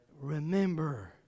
Remember